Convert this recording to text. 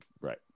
Right